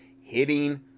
hitting